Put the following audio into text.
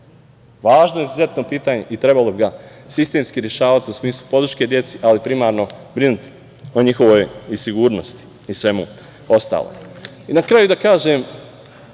Važno je izuzetno pitanje i trebalo bi ga sistemski rešavati u smislu podrške deci, ali primarno brinuti o njihovoj i sigurnosti i svemu ostalom. Na kraju da kaže,